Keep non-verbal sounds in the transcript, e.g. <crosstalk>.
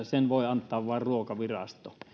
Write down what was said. <unintelligible> sen voi antaa vain ruokavirasto